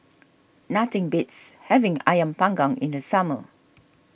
nothing beats having Ayam Panggang in the summer